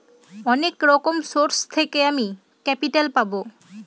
অনেক রকম সোর্স থেকে আমি ক্যাপিটাল পাবো